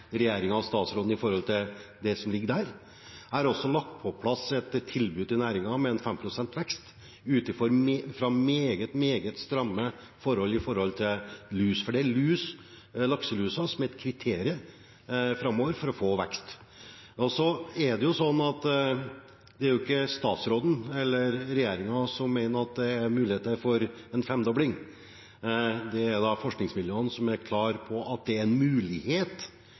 og statsråden i forhold til det som ligger der. Jeg har også lagt på plass et tilbud til næringen med en 5 pst. vekst ut fra meget, meget stramme forhold når det gjelder lus, for det er lakselusa som er et kriterium framover for å få vekst. Så er det sånn at det er ikke statsråden eller regjeringen som mener at det er muligheter for en femdobling. Det er forskningsmiljøene som er klar på at det er en mulighet